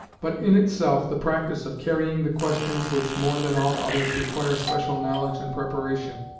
but in itself, the practice of carrying the questions which more than all others require special knowledge and preparation,